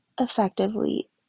effectively